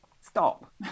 stop